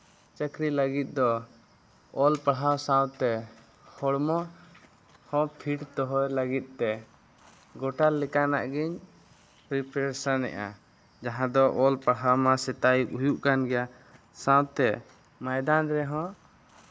ᱪᱟᱹᱠᱨᱤ ᱞᱟᱹᱜᱤᱫ ᱫᱚ ᱚᱞ ᱯᱟᱲᱦᱟᱣ ᱥᱟᱶᱛᱮ ᱦᱚᱲᱢᱚ ᱦᱚᱸ ᱯᱷᱤᱴ ᱫᱚᱦᱚᱭ ᱞᱟᱹᱜᱤᱫ ᱛᱮ ᱜᱳᱴᱟ ᱞᱮᱠᱟᱱᱟᱜ ᱜᱤᱧ ᱯᱨᱤᱯᱟᱨᱮᱥᱮᱱᱮᱜᱼᱟ ᱡᱟᱦᱟᱸ ᱫᱚ ᱚᱞ ᱯᱟᱲᱦᱟᱣ ᱢᱟ ᱥᱮᱛᱟᱜ ᱟᱹᱭᱩᱵ ᱦᱩᱭᱩᱜ ᱠᱟᱱ ᱜᱮᱭᱟ ᱥᱟᱶᱛᱮ ᱢᱚᱭᱫᱟᱱ ᱨᱮᱦᱚᱸ